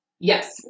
Yes